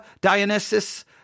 Dionysus